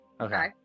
Okay